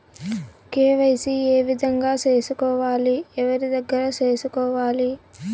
KYC ఏ విధంగా సేసుకోవాలి? ఎవరి దగ్గర సేసుకోవాలి?